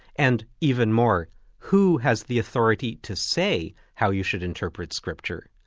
and even more who has the authority to say how you should interpret scripture,